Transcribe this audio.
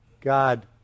God